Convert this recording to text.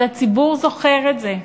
אבל הציבור זוכר את זה.